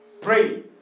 pray